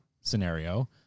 scenario